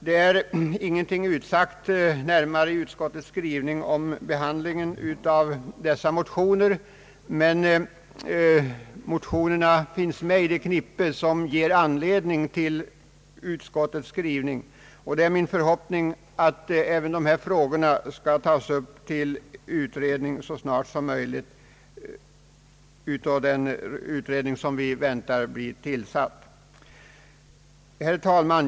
Det är ingenting närmare utsagt i utskottets skrivning om behandlingen av dessa motioner, men de finns med bland dem som givit anledning till behandlingen i utskottet. Det är min förhoppning att de i dessa motioner framförda synpunkterna skall tas upp av den utredning som vi väntar skall bli tillsatt. Herr talman!